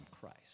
Christ